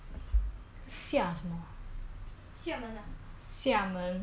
没有 but it's also eh actually technically right 如果你去中国 right then in the end next time they merge right